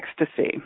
ecstasy